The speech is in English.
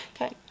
Okay